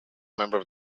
member